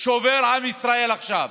שעובר עם ישראל עכשיו.